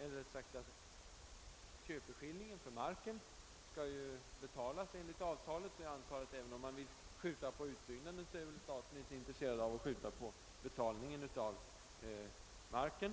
intäkter. Köpeskillingenför marken skall ju betalas enligt avtalet, och jag antar att staten inte är intresserad av uppskov med betalningen för marken, även om utbyggnaden skjuts på framtiden.